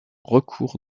recours